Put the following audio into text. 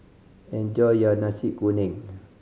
enjoy your Nasi Kuning